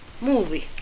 Movie